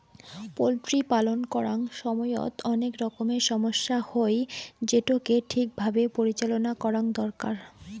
poultry পালন করাং সমইত অনেক রকমের সমস্যা হই, যেটোকে ঠিক ভাবে পরিচালনা করঙ দরকার